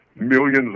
millions